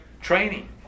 training